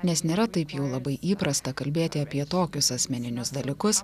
nes nėra taip jau labai įprasta kalbėti apie tokius asmeninius dalykus